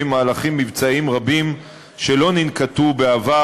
מהלכים מבצעיים רבים שלא ננקטו בעבר,